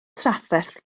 trafferth